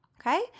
Okay